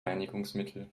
reinigungsmittel